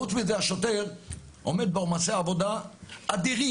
חוץ מזה, השוטר עומד בעומסי עבודה אדירים.